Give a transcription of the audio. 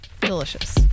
Delicious